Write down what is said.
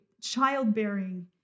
childbearing